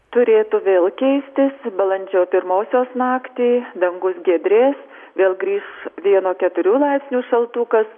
turėtų vėl keistis balandžio pirmosios naktį dangus giedrės vėl grįš vieno keturių laipsnių šaltukas